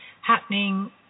happening